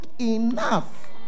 enough